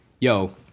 yo